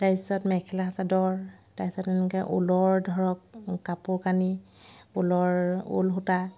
তাৰপিছত মেখেলা চাদৰ তাৰপিছত এনেকৈ ঊলৰ ধৰক কাপোৰ কানি ঊলৰ ঊল সূতা